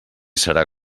serà